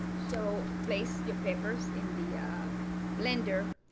so place your peppers in the yeah blender.